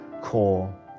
core